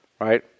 Right